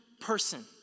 person